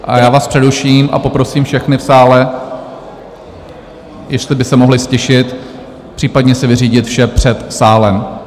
A já vás přeruším a poprosím všechny v sále, jestli by se mohli ztišit, případně si vyřídit vše před sálem.